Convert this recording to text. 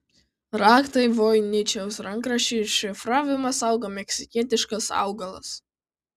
raktą į voiničiaus rankraščio iššifravimą saugo meksikietiškas augalas